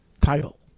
title